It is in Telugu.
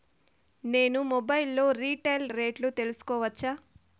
నేను మొబైల్ లో రీటైల్ రేట్లు తెలుసుకోవచ్చా?